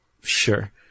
sure